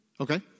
Okay